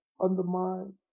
undermine